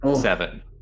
seven